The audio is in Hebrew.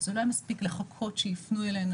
זה לא היה מספיק לחכות שיפנו אלינו,